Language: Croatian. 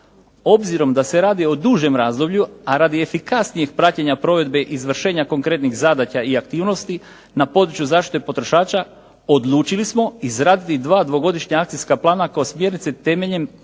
Obzirom da se radi o dužem razdoblju a radi efikasnije praćenja provedbe izvršenja konkretnih zadaća i aktivnosti na području zaštite potrošača, odlučili smo izraditi dva dvogodišnja akcijska plana kao smjernice temeljem kojih